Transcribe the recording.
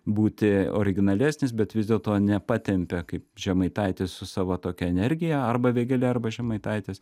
būti originalesnis bet vis dėlto nepatempia kaip žemaitaitis su savo tokia energija arba vėgėlė arba žemaitaitis